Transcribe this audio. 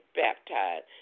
baptized